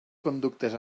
conductes